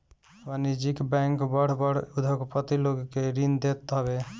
वाणिज्यिक बैंक बड़ बड़ उद्योगपति लोग के ऋण देत हवे